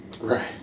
Right